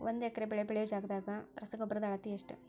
ಒಂದ್ ಎಕರೆ ಬೆಳೆ ಬೆಳಿಯೋ ಜಗದಾಗ ರಸಗೊಬ್ಬರದ ಅಳತಿ ಎಷ್ಟು?